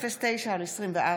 פ/1509/24